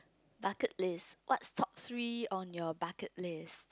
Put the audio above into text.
bucket list what's top three on your bucket list